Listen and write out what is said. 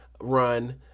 run